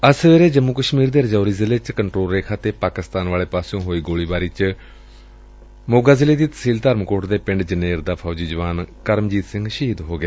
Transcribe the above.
ਅੱਜ ਸਵੇਰੇ ਜੰਮੁ ਕਸ਼ਮੀਰ ਦੇ ਰਾਜੌਰੀ ਜ਼ਿਲੇ ਚ ਕੰਟਰੋਲ ਰੇਖਾ ਤੇ ਪਾਕਿਸਤਾਨ ਵਾਲੇ ਪਾਸਿਓ ਹੋਈ ਗੋਲੀਬਾਰੀ ਚ ਮੋਗਾ ਦੀ ਤਹਿਸੀਲ ਧਰਮਕੋਟ ਦੇ ਪਿੰਡ ਜਨੇਰ ਦਾ ਫੌਜੀਂ ਜਵਾਨ ਕਰਮਜੀਤ ਸਿੰਘ ਸ਼ਹੀਦ ਹੋ ਗਿਆ